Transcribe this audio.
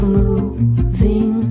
moving